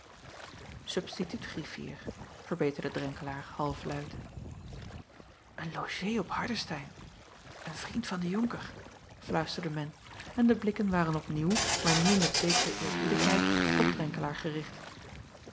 arlheim ubstituut griffier verbeterde renkelaer hafluid en logé op ardestein en vriend van den onker fluisterde men en de blikken waren opnieuw maar nu met zekere eerbiedigheid op renkelaer gericht